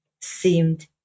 seemed